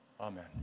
amen